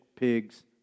Pigs